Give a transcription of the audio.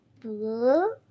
Blue